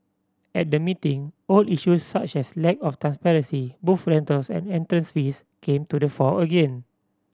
at the meeting old issues such as lack of transparency booth rentals and entrance fees came to the fore again